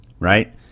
right